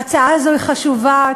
ההצעה הזאת היא חשובה,